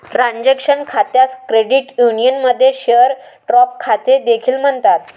transaction खात्यास credit युनियनमध्ये share draft खाते देखील म्हणतात